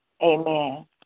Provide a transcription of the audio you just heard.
amen